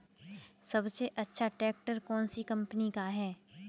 सबसे अच्छा ट्रैक्टर कौन सी कम्पनी का है?